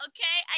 Okay